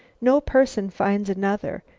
no person finds another,